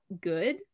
good